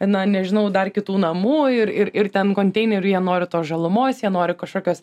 na nežinau dar kitų namų ir ir ir ten konteinerių jie nori tos žalumos jie nori kažkokios